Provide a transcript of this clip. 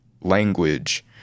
language